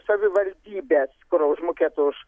savivaldybės kur užmokėtų už